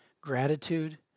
gratitude